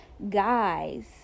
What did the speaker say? guys